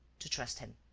to trust him.